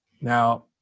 Now